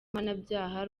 mpanabyaha